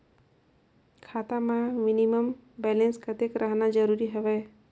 खाता मां minimum balance कतेक रखना जरूरी हवय?